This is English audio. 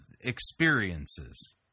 experiences